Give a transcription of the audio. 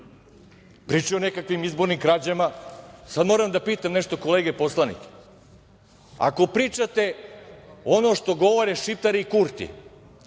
pričaju o nekakvim izborima krađama. Sada moram da pitam nešto kolege poslanike. Ako pričate ono što govore Šiptari i Kurti,